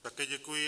Také děkuji.